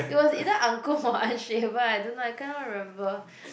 it was either uncouth or unshaven I don't know I cannot remember